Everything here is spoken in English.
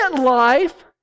life